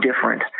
different